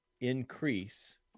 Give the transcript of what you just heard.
increase